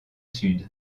sud